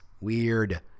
weird